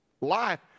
life